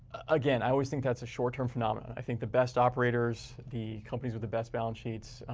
again, i always think that's a short-term phenomenon. i think the best operators, the companies with the best balance sheets,